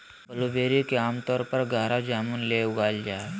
blueberry के आमतौर पर गहरा जामुन ले उगाल जा हइ